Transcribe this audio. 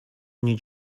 new